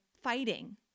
fighting